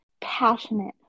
passionate